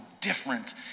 different